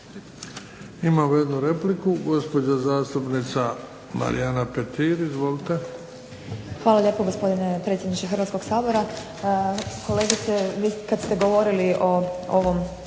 Imamo jednu repliku, gospođa zastupnica Marijana Petir. Izvolite. **Petir, Marijana (HSS)** Hvala lijepa gospodine predsjedniče Hrvatskoga sabora. Kolegice vi kada ste govorili o ovom